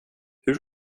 hur